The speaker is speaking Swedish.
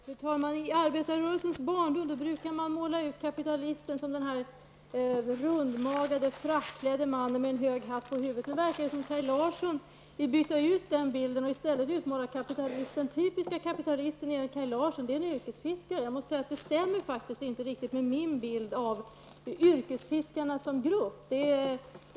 Fru talman! I arbetarrörelsens barndom brukade man måla ut kapitalisterna som rundmagade, frackklädda män med hög hatt på huvudet. Det verkar som om Kaj Larsson vill byta ut den bilden. Den typiske kapitalisten enligt Kaj Larsson är en yrkesfiskare. Jag måste säga att det faktiskt inte stämmer riktigt med min bild av yrkesfiskarna som grupp.